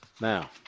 Now